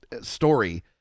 story